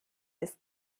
ist